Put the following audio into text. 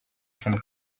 sean